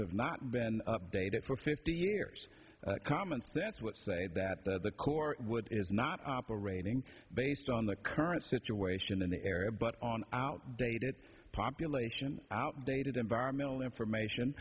have not been updated for fifty years comments that's what say that the court would is not operating based on the current situation in the area but on outdated population outdated environmental information